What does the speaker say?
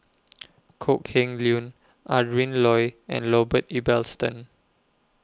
Kok Heng Leun Adrin Loi and Robert Ibbetson